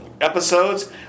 Episodes